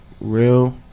Real